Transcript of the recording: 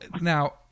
now